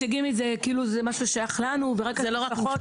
מציגים את זה כאילו זה משהו ששייך לנו ורק למשפחות.